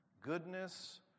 goodness